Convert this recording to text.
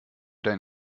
dein